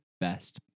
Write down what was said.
best